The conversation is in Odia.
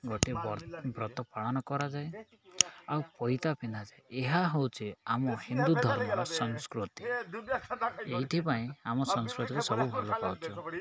ଗୋଟିଏ ବ ବ୍ରତ ପାଳନ କରାଯାଏ ଆଉ ପଇତା ପିନ୍ଧାଯାଏ ଏହା ହଉଚି ଆମ ହିନ୍ଦୁ ଧର୍ମ ବା ସଂସ୍କୃତି ଏଇଥିପାଇଁ ଆମ ସଂସ୍କୃତିରେ ସବୁ ଭଲ ପାଉଛୁ